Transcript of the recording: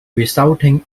resulting